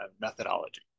methodology